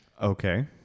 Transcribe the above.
Okay